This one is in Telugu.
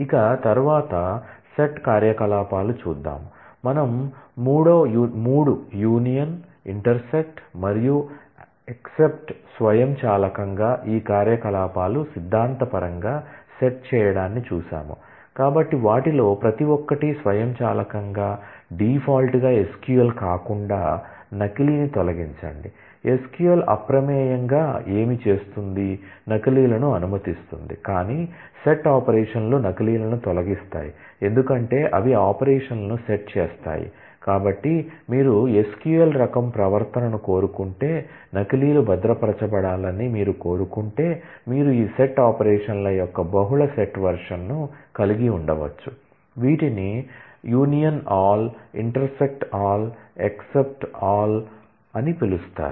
ఇక తర్వాత సెట్ కార్యకలాపాలు చూద్దాం వాటిలో మనం 3 యూనియన్ ఇంటర్సెక్టు మరియు ఎక్ససెప్ట్ అని పిలుస్తారు